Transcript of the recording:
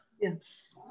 Yes